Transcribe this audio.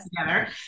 together